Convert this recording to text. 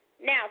Now